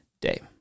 day